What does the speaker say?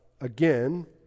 again